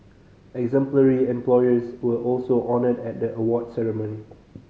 exemplary employers were also honoured at the award ceremony